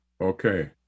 Okay